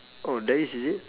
oh there is is it